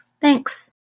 Thanks